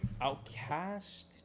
Outcast